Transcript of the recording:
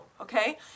okay